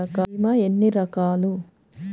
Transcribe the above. భీమ ఎన్ని రకాలు?